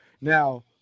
Now